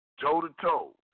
toe-to-toe